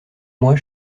mois